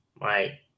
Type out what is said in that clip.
Right